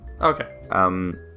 Okay